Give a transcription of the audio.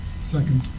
Second